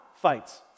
fights